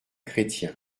chrétien